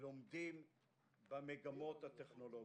לומדים במגמות הטכנולוגיות.